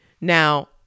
Now